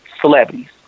celebrities